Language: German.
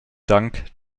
dank